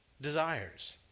desires